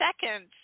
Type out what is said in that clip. seconds